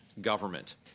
Government